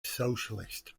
socialist